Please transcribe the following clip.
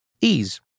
Ease